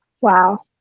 Wow